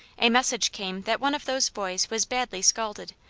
a message came that one of those boys was badly scalded,